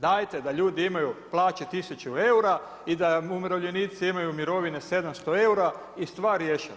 Dajte da ljudi imaju plaće 1000 eura i da umirovljenici imaju mirovine 700 eura i stvar riješena.